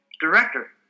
director